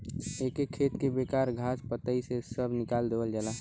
एके खेत के बेकार घास पतई से सभ निकाल देवल जाला